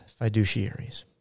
fiduciaries